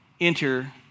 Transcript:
enter